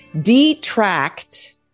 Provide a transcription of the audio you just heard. detract